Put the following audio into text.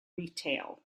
retail